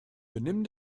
benimm